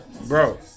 Bro